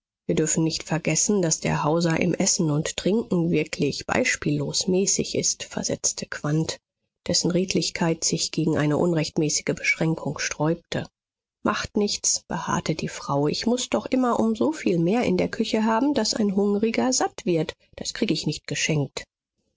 wir dürfen nicht vergessen daß der hauser im essen und trinken wirklich beispiellos mäßig ist versetzte quandt dessen redlichkeit sich gegen eine unrechtmäßige beschränkung sträubte macht nichts beharrte die frau ich muß doch immer um so viel mehr in der küche haben daß ein hungriger satt wird das krieg ich nicht geschenkt